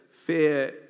Fear